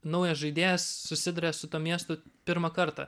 naujas žaidėjas susiduria su tuo miestu pirmą kartą